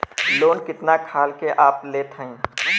Loan कितना खाल के आप लेत हईन?